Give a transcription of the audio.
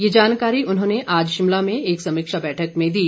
ये जानकारी उन्होंने आज शिमला में एक समीक्षा बैठक में दी